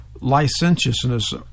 licentiousness